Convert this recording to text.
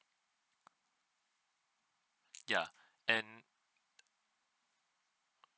ya and